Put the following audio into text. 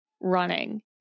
running